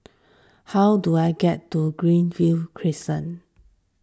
how do I get to Greenview Crescent